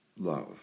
love